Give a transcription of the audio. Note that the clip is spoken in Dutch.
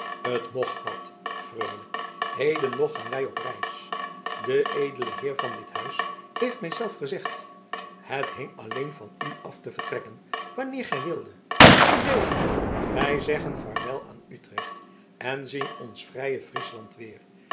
t mocht wat freule heden nog gaan wij op reis de edele heer van dit huis heeft mij zelf gezegd het hing alleen van u af te vertrekken wanneer gij wildet hoezee wij zeggen vaarwel aan utrecht en zien ons vrije friesland weer